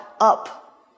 up